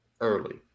early